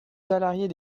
salariés